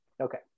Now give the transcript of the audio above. Okay